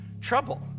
trouble